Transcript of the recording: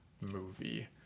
movie